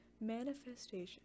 manifestation